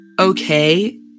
okay